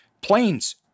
planes